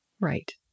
Right